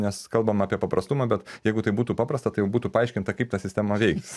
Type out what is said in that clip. nes kalbam apie paprastumą bet jeigu tai būtų paprasta tai jau būtų paaiškinta kaip ta sistema veiks